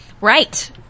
Right